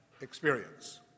experience